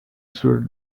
sure